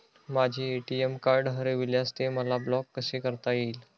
माझे ATM card हरविल्यास ते मला ब्लॉक कसे करता येईल?